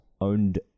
owned